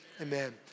amen